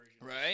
Right